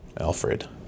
Alfred